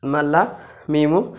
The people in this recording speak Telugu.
మళ్ళా మేము